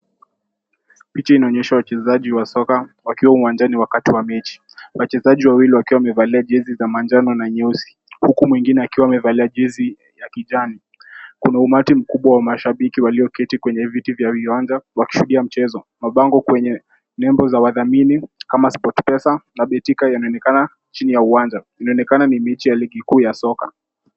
Picha inaonyesha wachezaji wa soka wakiwa uwanjani wakati wa mechi. Wachezaji wawili wakiwa wamevalia jezi za manjano na nyeusi, huku mwingine akiwa amevalia jezi ya kijani. Kuna umati mkubwa wa mashabiki walioketi kwenye viti vya uwanja, wakisikia mchezo. Mabango kwenye nembo za wadhamini kama Sport Pesa na Betika yanaonekana chini ya uwanja. Inaonekana ni mechi ya ligi kuu ya soka.